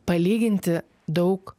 palyginti daug